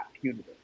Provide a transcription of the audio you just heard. punitive